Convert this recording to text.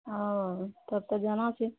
ओ तब तऽ जाना छै